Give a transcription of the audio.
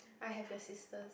I have your sister's